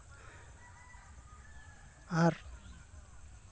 ᱟᱨ